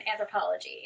anthropology